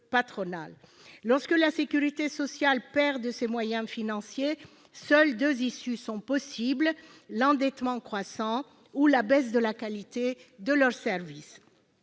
patronales. Lorsque la sécurité sociale perd des moyens financiers, seules deux issues sont possibles : l'endettement croissant ou la baisse de la qualité des services.